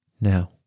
now